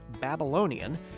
Babylonian